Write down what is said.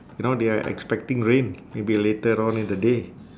you know they're expecting rain maybe later on in the day